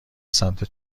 سمت